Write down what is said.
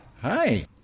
Hi